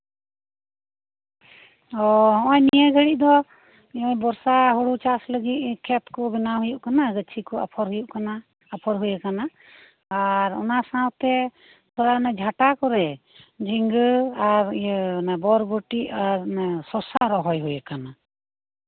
ᱚ ᱦᱚᱸᱜᱼᱚᱭ ᱱᱤᱭᱟᱹ ᱜᱷᱟᱹᱲᱤᱡ ᱫᱚ ᱵᱚᱨᱥᱟ ᱦᱩᱲᱩ ᱪᱟᱥ ᱞᱟᱹᱜᱤᱫ ᱠᱷᱮᱛ ᱠᱚ ᱵᱮᱱᱟᱣ ᱦᱩᱭᱩᱜ ᱠᱟᱱᱟ ᱜᱟᱹᱪᱷᱤ ᱠᱚ ᱟᱯᱷᱚᱨ ᱦᱩᱭᱩᱜ ᱠᱟᱱᱟ ᱟᱯᱷᱚᱨ ᱦᱩᱭᱟᱠᱟᱱᱟ ᱟᱨ ᱚᱱᱟ ᱥᱟᱶᱛᱮ ᱚᱱᱟ ᱡᱷᱟᱴᱟ ᱠᱚᱨᱮ ᱡᱷᱤᱸᱜᱟᱹ ᱟᱨ ᱤᱭᱟᱹ ᱵᱚᱨᱵᱚᱴᱤ ᱚᱨ ᱚᱱᱟ ᱥᱚᱥᱟ ᱨᱚᱦᱚᱭ ᱦᱩᱭ ᱟᱠᱟᱱᱟ